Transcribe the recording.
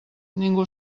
ningú